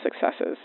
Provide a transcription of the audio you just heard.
successes